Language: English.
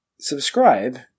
subscribe